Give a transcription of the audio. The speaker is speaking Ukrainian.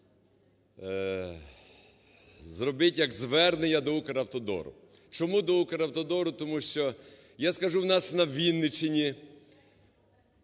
зробить як звернення до "Укравтодору". Чому до "Укравтодору"? Тому що я скажу, у нас на Вінниччині